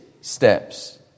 steps